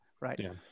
Right